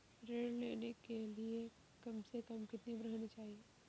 ऋण लेने के लिए कम से कम कितनी उम्र होनी चाहिए?